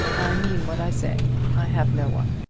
i mean what i say. i have no one.